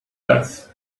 less